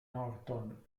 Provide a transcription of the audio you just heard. norton